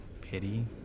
pity